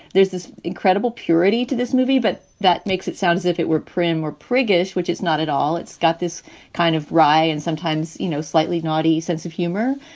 there's this incredible purity to this movie, but that makes it sound as if it were prim or priggish, which is not at all. it's got this kind of wry and sometimes, you know, slightly naughty sense of humor,